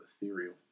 ethereal